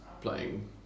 playing